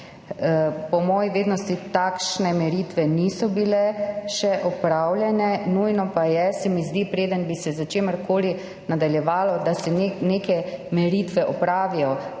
Po moji vednosti takšne meritve niso bile še opravljene, nujno pa je, se mi zdi, preden bi se s čimerkoli nadaljevalo, da se neke meritve opravijo.